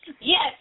Yes